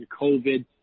COVID